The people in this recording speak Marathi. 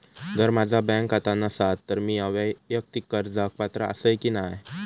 जर माझा बँक खाता नसात तर मीया वैयक्तिक कर्जाक पात्र आसय की नाय?